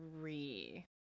three